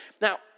Now